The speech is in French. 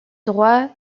droit